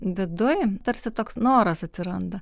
viduj tarsi toks noras atsiranda